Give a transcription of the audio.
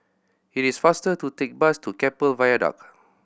it is faster to take the bus to Keppel Viaduct